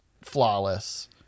flawless